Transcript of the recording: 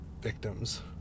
victims